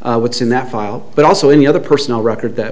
what's in that file but also any other personal record that